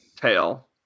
Tail